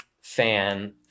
fan